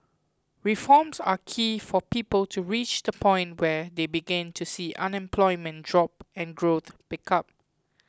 reforms are key for people to reach the point where they begin to see unemployment drop and growth pick up